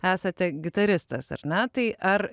esate gitaristas ar ne tai ar